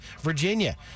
Virginia